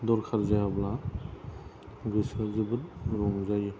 दरखार जायाब्ला गोसोआव जोबोद रंजायो